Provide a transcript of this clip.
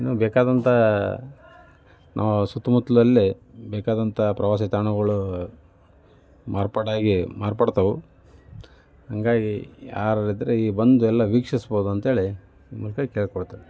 ಇನ್ನೂ ಬೇಕಾದಂಥ ನಾವು ಸುತ್ತಮುತ್ತಲಲ್ಲಿ ಬೇಕಾದಂಥ ಪ್ರವಾಸಿ ತಾಣಗಳು ಮಾರ್ಪಾಡಾಗಿ ಮಾರ್ಪಾಡ್ತವು ಹಾಗಾಗಿ ಯಾರು ಇದ್ರಾಗ ಬಂದು ಎಲ್ಲ ವೀಕ್ಷಿಸ್ಬಹುದು ಅಂಥೇಳಿ ಈ ಮೂಲಕ ಕೇಳಿಕೊಳ್ತೀನಿ